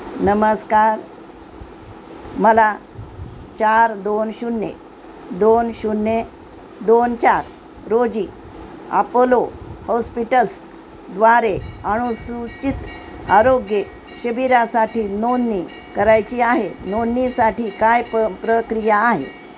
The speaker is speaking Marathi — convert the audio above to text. नमस्कार मला चार दोन शून्य दोन शून्य दोन चार रोजी अपोलो हॉस्पिटल्स द्वारे अनुसूचित आरोग्य शिबिरासाठी नोंदणी करायची आहे नोंदणीसाठी काय प प्रक्रिया आहे